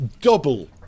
double